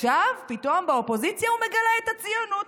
ועכשיו פתאום באופוזיציה הוא מגלה את הציונות.